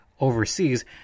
overseas